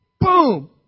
Boom